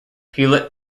hewlett